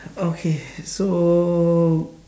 okay so